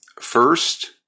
first